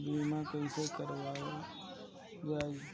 बीमा कैसे कराएल जाइ?